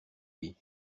oui